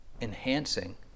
enhancing